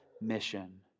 mission